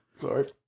Sorry